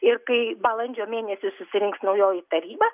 ir kai balandžio mėnesį susirinks naujoji taryba